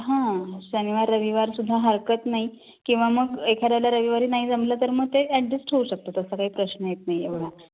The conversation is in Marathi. हां शनिवार रविवार सुद्धा हरकत नाही किंवा मग एखाद्याला रविवारी नाही जमलं तर मग ते ॲडजस्ट होऊ शकतं तसं काही प्रश्न येत नाही एवढा